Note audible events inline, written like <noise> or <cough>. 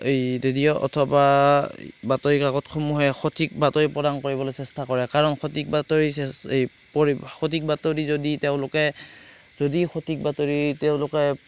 এই ৰেডিঅ' অথবা বাতৰি কাকতসমূহে সঠিক বাতৰি প্ৰদান কৰিবলৈ চেষ্টা কৰে কাৰণ সঠিক বাতৰি <unintelligible> পৰি সঠিক বাতৰি যদি তেওঁলোকে যদি সঠিক বাতৰি তেওঁলোকে